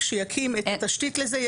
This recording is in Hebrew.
כשיקים תשתית לזה,